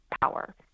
power